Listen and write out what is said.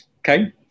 okay